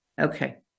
Okay